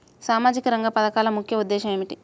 సామాజిక రంగ పథకాల ముఖ్య ఉద్దేశం ఏమిటీ?